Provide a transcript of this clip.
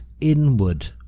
inward